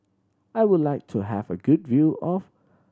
I would like to have a good view of